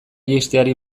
jaisteari